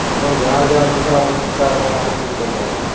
ଆପଣ ଯାହା ଯାହା ବି ଖରାପ ଅଛି ତା' ତା' କାମ ସବୁ କରିଦେବା